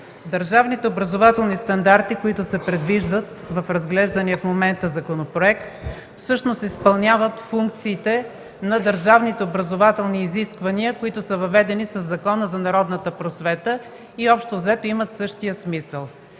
Държавните образователни стандарти, които се предвиждат в разглеждания в момента законопроект, всъщност изпълняват функциите на държавните образователни изисквания, които са въведени със Закона за народната просвета, и общо взето имат същия смисъл.